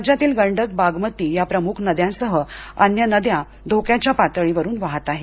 राज्यातील गंडक बागमती या प्रमुख नद्यांसह अन्य नद्या धोक्याच्या पातळीवरून वाहत आहेत